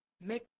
make